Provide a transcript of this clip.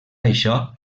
això